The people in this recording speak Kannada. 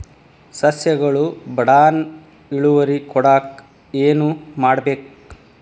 ಸಸ್ಯಗಳು ಬಡಾನ್ ಇಳುವರಿ ಕೊಡಾಕ್ ಏನು ಮಾಡ್ಬೇಕ್?